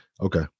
Okay